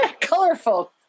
colorful